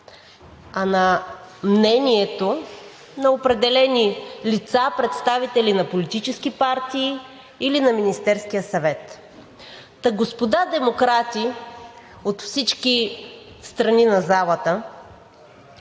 а на мнението на определени лица, представители на политически партии или на Министерския съвет. Та, господа демократи, от всички страни на залата,